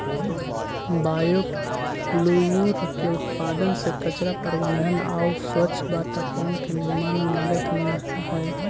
biofuel के उत्पादन से कचरा प्रबन्धन आउ स्वच्छ वातावरण के निर्माण में मदद मिलऽ हई